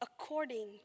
according